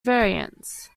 variants